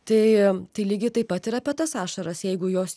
tai tai lygiai taip pat ir apie tas ašaras jeigu jos